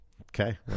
Okay